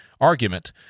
argument